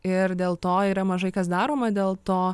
ir dėl to yra mažai kas daroma dėl to